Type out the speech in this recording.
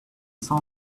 saw